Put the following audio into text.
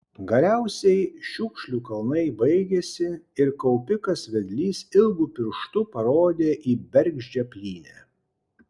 galiausiai šiukšlių kalnai baigėsi ir kaupikas vedlys ilgu pirštu parodė į bergždžią plynę